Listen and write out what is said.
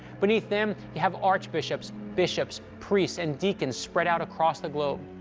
beneath them, you have archbishops, bishops, priests, and deacons spread out across the globe.